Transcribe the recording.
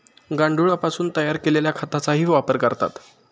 गांडुळापासून तयार केलेल्या खताचाही वापर करतात